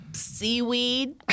seaweed